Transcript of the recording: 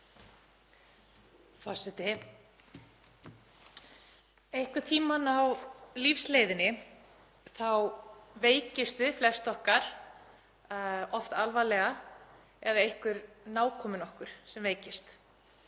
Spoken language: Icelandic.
Forseti. Einhvern tímann á lífsleiðinni þá veikjumst við, flest okkar, alvarlega eða einhver nákominn okkur veikist.